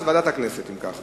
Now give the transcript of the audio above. אם כך, ועדת הכנסת תקבע.